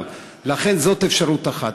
לכן זאת אפשרות אחת.